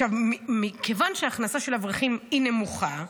עכשיו מכיוון שההכנסה של אברכים היא נמוכה,